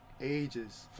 ages